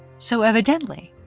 so evidently,